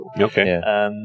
Okay